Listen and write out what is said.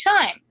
time